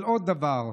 אבל עוד דבר: